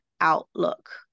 outlook